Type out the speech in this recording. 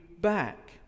back